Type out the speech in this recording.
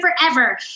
forever